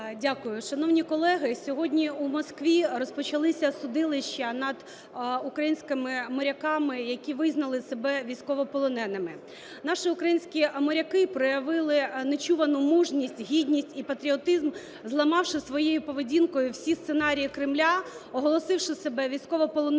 Дякую. Шановні колеги, сьогодні в Москві розпочалися судилища над українськими моряками, які визнали себе військовополоненими. Наші українські моряки проявили нечувану мужність, гідність і патріотизм, зламавши своєю поведінкою всі сценарії Кремля, оголосивши себе військовополоненими